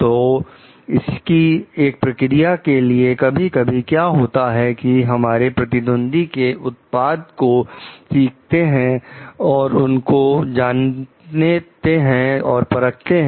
तो इसकी एक प्रक्रिया के लिए कभी कभी क्या होता है कि हमारे प्रतिद्वंदी के उत्पाद को खरीदते हैं उनको जानते हैं और परखते हैं